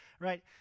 right